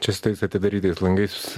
čia su tais atidarytais langais